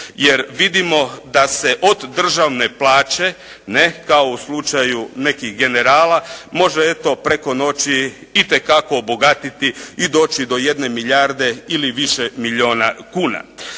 jer vidimo da se od državne plaće ne kao u slučaju nekih generala može eto preko noći itekako obogatiti i doći do 1 milijarde ili više milijuna kuna.